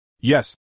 Yes